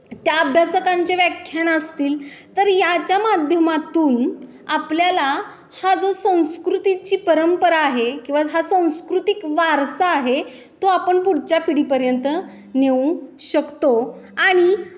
त्या अभ्यासकांचे व्याख्यानं असतील तर याच्या माध्यमातून आपल्याला हा जो संस्कृतीची परंपरा आहे किंवा हा संस्कृतिक वारसा आहे तो आपण पुढच्या पिढीपर्यंत नेऊ शकतो आणि